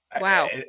Wow